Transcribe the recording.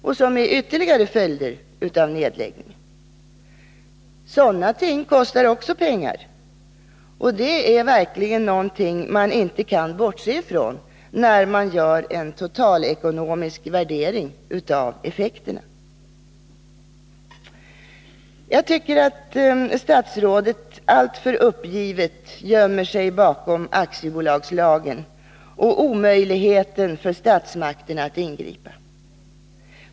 Det ärytterligare följder av nedläggningen. Sådana ting kostar också pengar, och det är verkligen något som man inte kan bortse från när man gör en totalekonomisk värdering av effekterna. Jag tycker att statsrådet alltför uppgivet gömmer sig bakom aktiebolagslagen och omöjligheten för statsmakterna att ingripa.